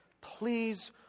Please